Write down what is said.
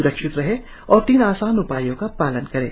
सुरक्षित रहें और तीन आसान उपायों का पालन करें